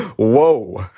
whoa.